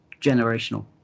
generational